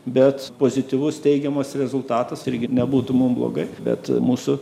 bet pozityvus teigiamas rezultatas irgi nebūtų mum blogai bet mūsų